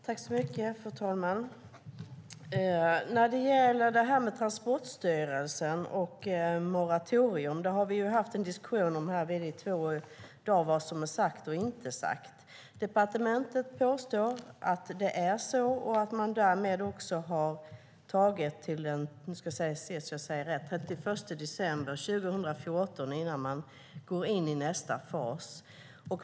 Fru talman! När det gäller Transportstyrelsen och ett moratorium har vi ju haft en diskussion om vad som är sagt och inte sagt. Departementet påstår att det är så och att man därmed också har tagit det till den 31 december 2014 innan man går in i nästa fas.